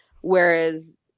Whereas